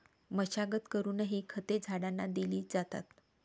मशागत करूनही खते झाडांना दिली जातात